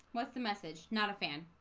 what's the message? not a fan.